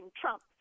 Trump